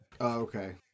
okay